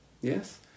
yes